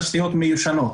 ותשתיות מיושנות.